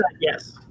yes